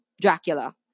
Dracula